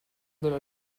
della